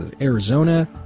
Arizona